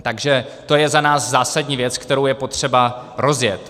Takže to je za nás zásadní věc, kterou je potřeba rozjet.